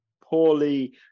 poorly